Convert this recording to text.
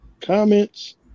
comments